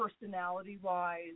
Personality-wise